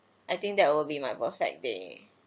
I think that will be my perfect day